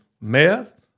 meth